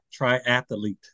triathlete